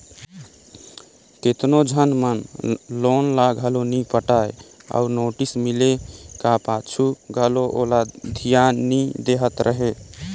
केतनो झन मन लोन ल घलो नी पटाय अउ नोटिस मिले का पाछू घलो ओला धियान नी देहत रहें